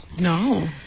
No